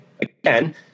again